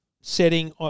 setting